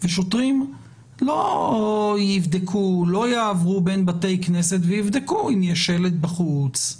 ושוטרים לא יעברו בין בתי כנסת ויבדקו אם יש שלט בחוץ,